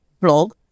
blog